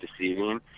deceiving